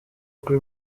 kuri